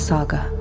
Saga